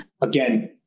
again